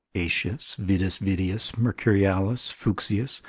aetius, vidus vidius, mercurialis, fuchsius,